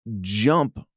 jump